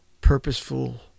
purposeful